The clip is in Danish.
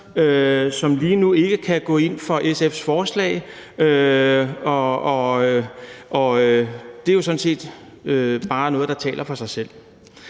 som lige nu ikke kan gå ind for SF's forslag. Og det er jo sådan set bare noget, der taler for sig selv.